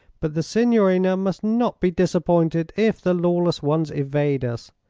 but the signorina must not be disappointed if the lawless ones evade us.